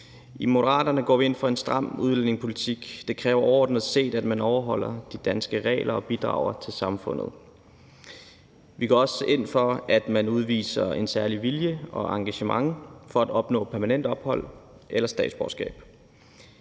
I Moderaterne går vi ind for en stram udlændingepolitik. Det kræver overordnet set, at man overholder de danske regler og bidrager til samfundet. Vi går også ind for, at man udviser en særlig vilje og engagement for at opnå permanent ophold eller statsborgerskab.